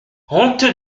honteux